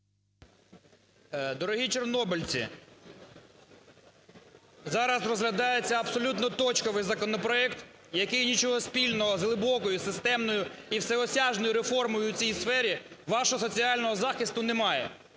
Дорогі чорнобильці! Зараз розглядається абсолютно точковий законопроект, який нічого спільного з глибокою системною і всеосяжною реформою в цій сфері вашого соціального захисту не має.